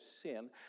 sin